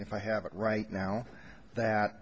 if i have it right now that